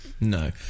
No